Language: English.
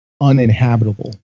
uninhabitable